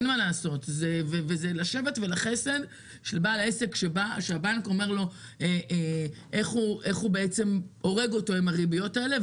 זה לשבט או לחסד שבנק אומר לבעל עסק איך הוא הורג אותו עם הריביות האלה,